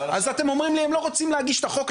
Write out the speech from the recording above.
אז אתם אומרים לי היא לא רוצה להגיש את החוק,